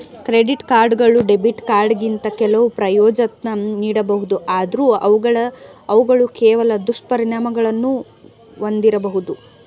credit ಕಾರ್ಡ್ಗಳು debit ಕಾರ್ಡ್ಗಿಂತ ಕೆಲವು ಪ್ರಯೋಜ್ನ ನೀಡಬಹುದು ಆದ್ರೂ ಅವುಗಳು ಕೆಲವು ದುಷ್ಪರಿಣಾಮಗಳನ್ನು ಒಂದಿರಬಹುದು